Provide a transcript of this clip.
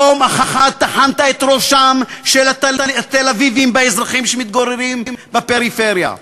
יום אחד טחנת את ראשם של התל-אביבים באזרחים שמתגוררים בפריפריה,